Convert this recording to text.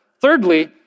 Thirdly